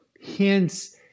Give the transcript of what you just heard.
hints –